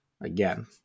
Again